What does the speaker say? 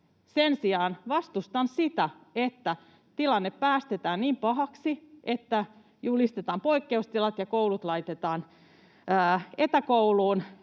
Sen sijaan vastustan sitä, että tilanne päästetään niin pahaksi, että julistetaan poikkeustilat ja koulut laitetaan etäkouluun,